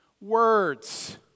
words